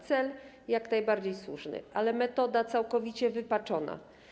Cel jest jak najbardziej słuszny, ale metoda - całkowicie wypaczona.